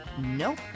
Nope